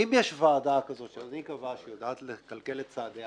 אם יש ועדה כזאת שאדוני קבע שהיא יודעת לכלכל את צעדיה